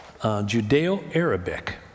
Judeo-Arabic